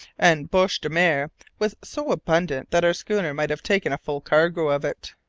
and beche-de-mer was so abundant that our schooner might have taken a full cargo of it.